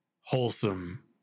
wholesome